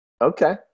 Okay